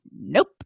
nope